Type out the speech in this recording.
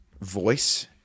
voice